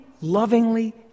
lovingly